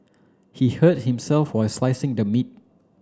he hurt himself while slicing the meat